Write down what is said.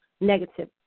negative